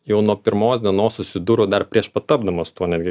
jau nuo pirmos dienos susidūriau dar prieš pat tapdamas tuo netgi